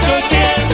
again